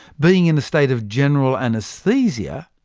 being in a state of general anaesthesia,